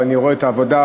ואני רואה את העבודה,